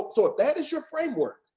so if that is your framework.